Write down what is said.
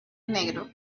negro